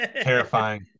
terrifying